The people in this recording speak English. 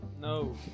No